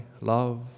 love